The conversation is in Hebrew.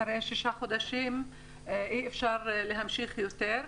אחרי שישה חודשים לא ניתן להמשיך יותר.